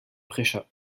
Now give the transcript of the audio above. prêcha